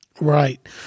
Right